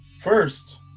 first